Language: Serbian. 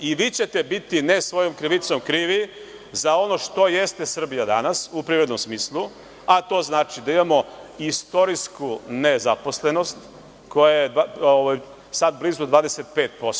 I vi ćete biti ne svojom krivicom krivi za ono što jeste Srbija danas u privrednom smislu, a to znači da imamo istorijsku nezaposlenost koja je sada blizu 25%